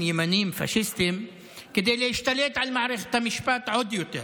ימניים פשיסטיים להשתלט על מערכת המשפט עוד יותר.